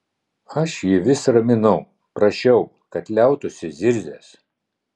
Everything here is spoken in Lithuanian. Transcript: aš jį vis raminau prašiau kad liautųsi zirzęs